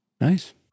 Nice